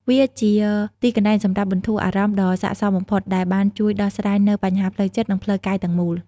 វាជាទីកន្លែងសម្រាប់បន្ធូរអារម្មណ៍ដ៏ស័ក្តិសមបំផុត ដែលបានជួយដោះស្រាយនូវបញ្ហាផ្លូវចិត្ត និងផ្លូវកាយទាំងមូល។